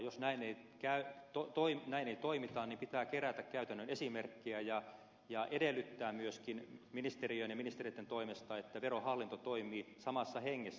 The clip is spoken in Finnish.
jos näin ei toimita niin pitää kerätä käytännön esimerkkejä ja edellyttää myöskin ministeriön ja ministereitten toimesta että verohallinto toimii samassa hengessä